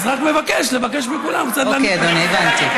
אז רק מבקש לבקש מכולם קצת להנמיך את הקול.